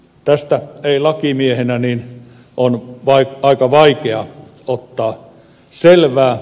tästä ei lakimiehenä on aika vaikea ottaa selvää